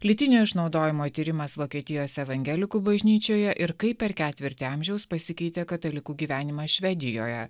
lytinio išnaudojimo tyrimas vokietijos evangelikų bažnyčioje ir kaip per ketvirtį amžiaus pasikeitė katalikų gyvenimas švedijoje